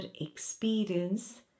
experience